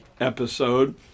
episode